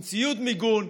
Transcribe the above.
עם ציוד מיגון,